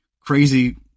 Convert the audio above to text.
crazy